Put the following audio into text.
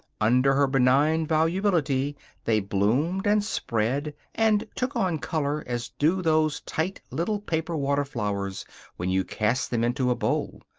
under her benign volubility they bloomed and spread and took on color as do those tight little paper water flowers when you cast them into a bowl.